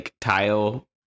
tile